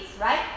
right